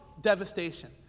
devastation